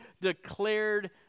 declared